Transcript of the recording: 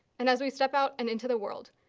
and as we step out and into the world,